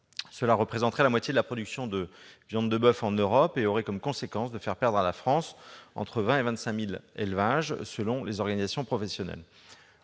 Cela représenterait la moitié de la production de viande de boeuf en Europe et aurait comme conséquence de faire perdre à la France entre 20 000 et 25 000 élevages selon les organisations professionnelles.